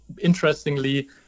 interestingly